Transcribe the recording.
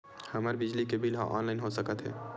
हमर बिजली के बिल ह ऑनलाइन हो सकत हे?